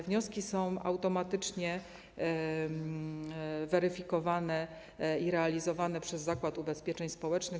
Wnioski są automatycznie weryfikowane i realizowane przez Zakład Ubezpieczeń Społecznych.